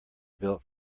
built